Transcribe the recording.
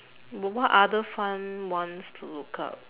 but what other fun ones to look up